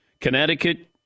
Connecticut